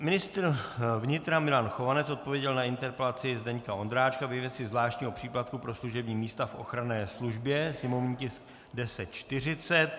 Ministr vnitra Milan Chovanec odpověděl na interpelaci Zdeňka Ondráčka ve věci zvláštního příplatku pro služební místa v ochranné službě, sněmovní tisk 1040.